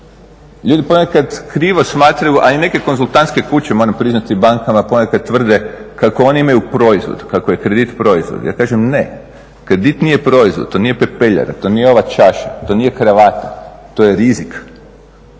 Ljudi ponekad krivo …, a i neke konzultantske kuće, moram priznati, bankama ponekad tvrde kako oni imaju proizvod, kako je kredit proizvod. Ja kažem ne, kredit nije proizvod, to nije pepeljara, to nije ova čaša, to nije kravata, to je rizik.